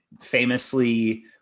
famously